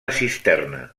cisterna